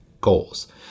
goals